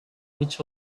which